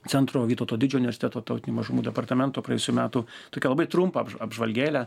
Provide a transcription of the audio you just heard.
centro vytauto didžiojo universiteto tautinių mažumų departamento praėjusių metų tokią labai trumpą apž apžvalgėlę